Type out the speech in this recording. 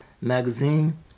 magazine